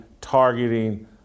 targeting